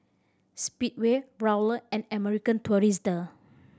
Speedway Raoul and American Tourister